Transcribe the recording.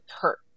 hurt